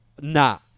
nah